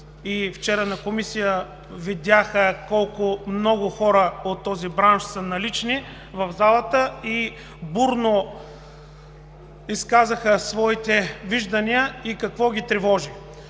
на Комисията се видя колко много хора от този бранш са налични в залата и бурно изказаха своите виждания, и какво ги тревожи.